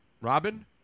Robin